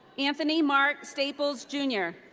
anthony mark staples jr.